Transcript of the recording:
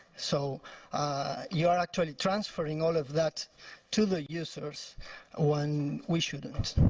so you are actually transferring all of that to the users when we shouldn't.